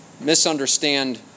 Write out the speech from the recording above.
misunderstand